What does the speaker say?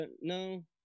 No